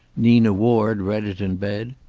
nina ward read it in bed.